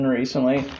recently